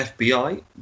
FBI